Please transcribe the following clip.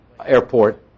airport